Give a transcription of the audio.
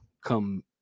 come